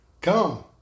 Come